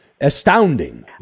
astounding